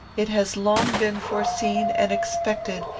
it has long been foreseen and expected,